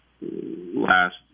last